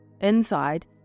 Inside